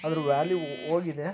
ಅದ್ರ ವ್ಯಾಲ್ಯೂ ಓ ಹೋಗಿದೆ